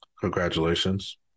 Congratulations